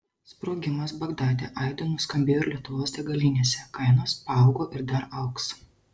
sprogimas bagdade aidu nuskambėjo ir lietuvos degalinėse kainos paaugo ir dar augs